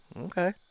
okay